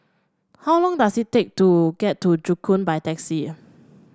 how long does it take to get to Joo Koon by taxi